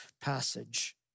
passage